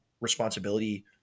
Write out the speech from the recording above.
responsibility